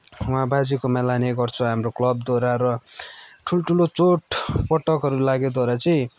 उहाँ बाजेकोमा लाने गर्छ हाम्रो क्लबद्वारा र ठुल्ठलो चोट पटकहरू लागे द्वारा चाहिँ